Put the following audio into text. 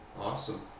awesome